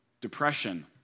Depression